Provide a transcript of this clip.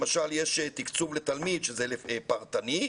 למשל תקצוב לתלמיד שזה פרטני,